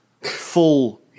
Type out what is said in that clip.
full